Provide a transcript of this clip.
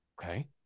Okay